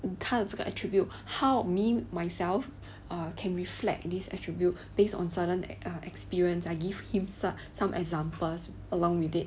他的这个 attribute how me myself err can reflect this attribute based on certain uh experience I give him some some examples along with it